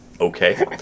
Okay